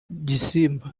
gisimba